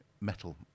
metal